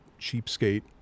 cheapskate